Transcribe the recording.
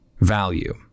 value